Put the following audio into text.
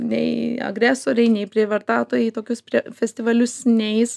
nei agresoriai nei prievartautojai į tokius festivalius neis